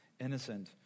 innocent